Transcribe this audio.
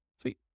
Sweet